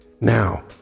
Now